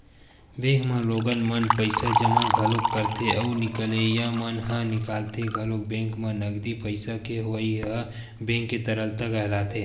bank म लोगन मन पइसा जमा घलोक करथे अउ निकलइया मन ह निकालथे घलोक बेंक म नगदी पइसा के होवई ह बेंक के तरलता कहलाथे